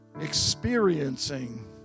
experiencing